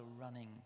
running